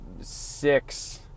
six